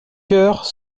heures